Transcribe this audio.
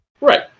Right